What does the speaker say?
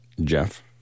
Jeff